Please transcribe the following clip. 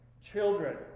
Children